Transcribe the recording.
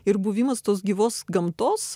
ir buvimas tos gyvos gamtos